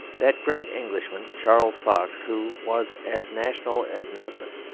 that great englishman charles fox, who was as national as nelson,